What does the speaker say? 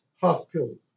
hospitals